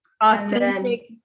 Authentic